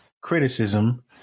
criticism